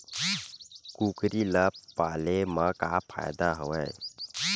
कुकरी ल पाले म का फ़ायदा हवय?